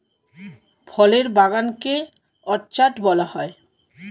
ফলের বাগান কে অর্চার্ড বলা হয়